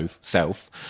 self